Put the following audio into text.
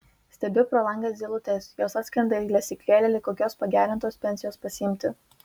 stebiu pro langą zylutes jos atskrenda į lesyklėlę lyg kokios pagerintos pensijos pasiimti